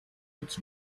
its